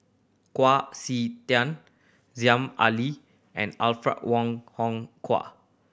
Kwa Siew Tiang Aziza Ali and Alfred Wong Hong Kwua